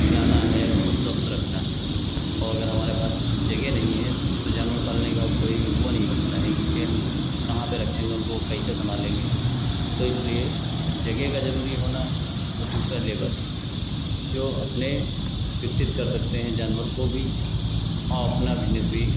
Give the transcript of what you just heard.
खिलाना है और स्वस्थ रखना है और अगर हमारे पास जगह नहीं है तो जानवर पालने के बाद कोई वह नहीं बनता है क्योंकि हम कहाँ पर रखेंगे उनको कैसे सम्भालेंगे तो इसलिए जगह का ज़रूरी होना है और दूसरा लेबर जो अपने विकसित कर सकते हैं जानवर को भी और अपना बिज़नेस भी